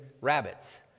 rabbits